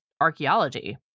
archaeology